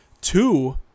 two